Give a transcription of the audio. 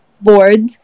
board